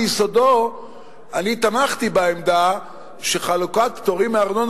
ביסודו אני תמכתי בעמדה שחלוקת פטורים מארנונה,